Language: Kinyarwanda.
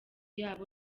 yabo